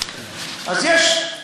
אז יש.